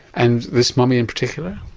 and this mummy in particular?